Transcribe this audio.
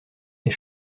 est